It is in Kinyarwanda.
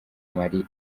marie